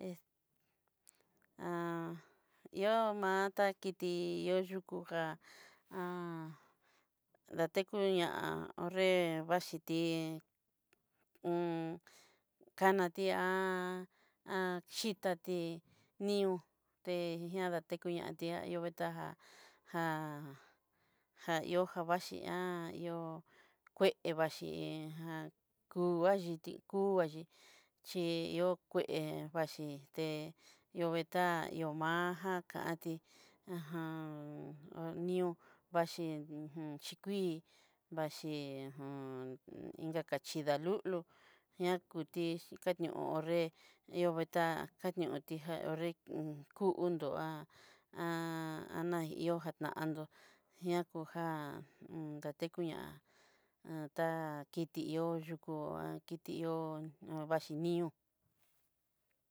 Es yomatá kiti yo yukú ja tekuña, ho'nre vaxhiti ón kanatí yitati ni'ó té ñada tekuñá te yovetajá já jaihó javaxhi ihó kué vaxhí jan kuvaxhiti kuvaxhí chí yó'o kué vaxhí té yoveetá ihomaja kantí ajá nió vaxhí hu j xhikuii vaxhí inka kachida lulu ñakuti kañó nré yoveetá kañotijá ho'nre kú unduá ajiota jatantó ñakujá takuña á kiti ihó yukú a tiki ihó vaxhini'o.